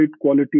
quality